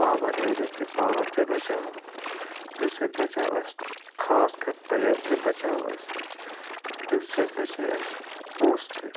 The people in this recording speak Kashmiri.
پاوَر یعنی کہ پاوَر تہِ بچاو تَمہِ سۭتۍ بَچیو اسہِ خاص کر ٹایِم تہِ بَچیو اسہِ تَمہِ سۭتۍ بَچے اسہِ پونٛسہٕ تہِ